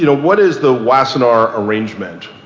you know what is the wassenaar arrangement.